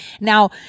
Now